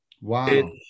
Wow